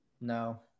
no